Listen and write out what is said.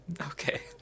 Okay